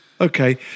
okay